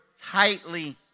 tightly